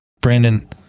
Brandon